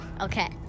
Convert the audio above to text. Okay